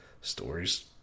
stories